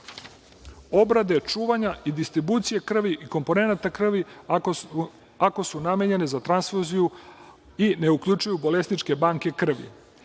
obrade, čuvanja i distribucije krvi i komponenata krvi ako su namenjene za tranfuziju krvi i ne uključuju bolesničke banke krvi